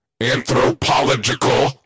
anthropological